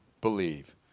believe